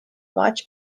much